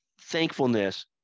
thankfulness